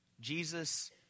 Jesus